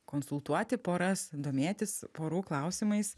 konsultuoti poras domėtis porų klausimais